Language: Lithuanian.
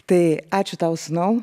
tai ačiū tau sūnau